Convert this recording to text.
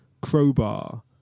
crowbar